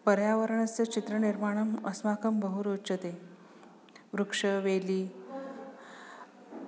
पर्यावरणस्य चित्रनिर्माणम् अस्माकं बहु रोचते वृक्षवेली